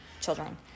children